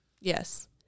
yes